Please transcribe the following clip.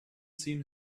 seen